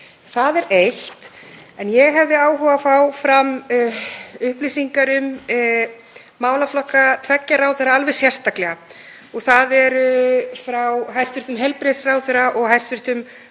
Það er eitt. En ég hefði áhuga á að fá fram upplýsingar um málaflokka tveggja ráðherra alveg sérstaklega, og það er frá hæstv. heilbrigðisráðherra og hæstv.